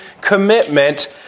commitment